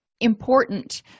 important